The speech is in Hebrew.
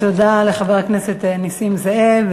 תודה לחבר הכנסת נסים זאב.